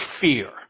fear